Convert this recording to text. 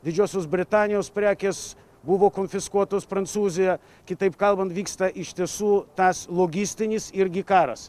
didžiosios britanijos prekės buvo konfiskuotos prancūzija kitaip kalbant vyksta iš tiesų tas logistinis irgi karas